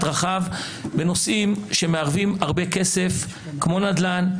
רחב בנושאים שמערבים הרבה כסף כמו נדל"ן,